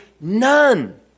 none